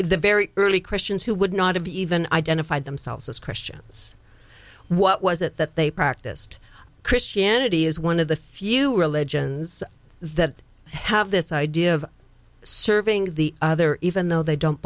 the very early christians who would not have even identified themselves as christians what was it that they practiced christianity is one of the few religions that have this idea of serving the other even though they don't